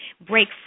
break